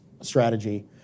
strategy